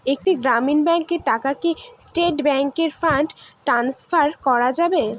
একটি গ্রামীণ ব্যাংকের টাকা কি স্টেট ব্যাংকে ফান্ড ট্রান্সফার করা যাবে?